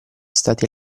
stati